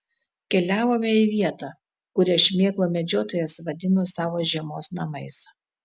keliavome į vietą kurią šmėklų medžiotojas vadino savo žiemos namais